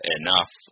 enough